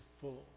full